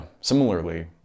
similarly